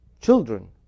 children